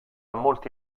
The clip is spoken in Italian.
molti